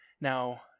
now